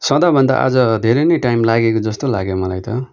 सदाभन्दा आज धेरै नै टाइम लागेको जस्तो लाग्यो मलाई त